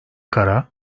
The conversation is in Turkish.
kara